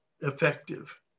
effective